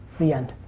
the end.